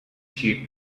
sheep